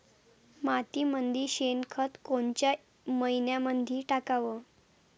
मातीमंदी शेणखत कोनच्या मइन्यामंधी टाकाव?